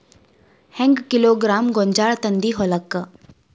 ಹೆಂಗ್ ಕಿಲೋಗ್ರಾಂ ಗೋಂಜಾಳ ತಂದಿ ಹೊಲಕ್ಕ?